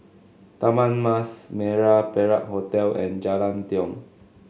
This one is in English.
Taman Mas Merah Perak Hotel and Jalan Tiong